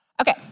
Okay